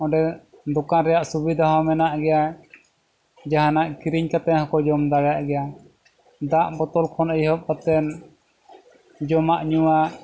ᱚᱸᱰᱮ ᱫᱚᱠᱟᱱ ᱨᱮᱱᱟᱜ ᱥᱩᱵᱤᱫᱷᱟ ᱦᱚᱸ ᱢᱮᱱᱟᱜ ᱜᱮᱭᱟ ᱡᱟᱦᱟᱱᱟᱜ ᱠᱤᱨᱤᱧ ᱠᱟᱛᱮᱫ ᱦᱚᱸᱠᱚ ᱡᱚᱢ ᱫᱟᱲᱮᱭᱟᱜ ᱜᱮᱭᱟ ᱫᱟᱜ ᱵᱚᱴᱚᱞ ᱠᱷᱚᱱ ᱮᱦᱚᱵ ᱠᱟᱛᱮᱫ ᱡᱚᱢᱟᱜ ᱧᱩᱣᱟᱜ